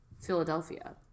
philadelphia